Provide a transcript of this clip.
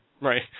Right